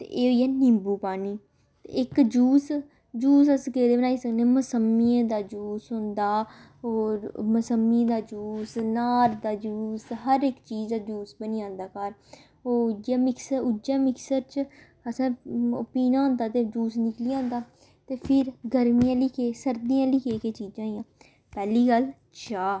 ते एह् होई गेआ निंबू पानी ते इक जूस जूस अस केह्दे बनाई सकने मौसम्मियें दा जूस होंदा होर मसम्मी दा जूस अनार दा जूस हर इक चीज़ दा जूस बनी जंदा घर ओह् उ'यै मिक्सर उ'यै मिक्सर च असें पीह्ना होंदा ते जूस निकली जंदा ते फिर गर्मियें आह्ली केह् सर्दियें आह्ली केह् केह् चीज़ां होई गेइयां पैह्ली गल्ल चाह्